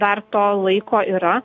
dar to laiko yra